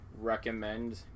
recommend